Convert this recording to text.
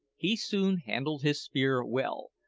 he soon handled his spear well,